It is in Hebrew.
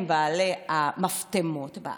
הם בעלי המפטמות בארץ,